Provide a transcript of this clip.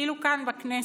אפילו כאן בכנסת,